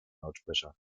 lautsprecher